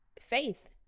faith